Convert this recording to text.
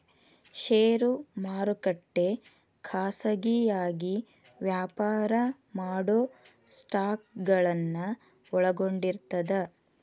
ಷೇರು ಮಾರುಕಟ್ಟೆ ಖಾಸಗಿಯಾಗಿ ವ್ಯಾಪಾರ ಮಾಡೊ ಸ್ಟಾಕ್ಗಳನ್ನ ಒಳಗೊಂಡಿರ್ತದ